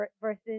versus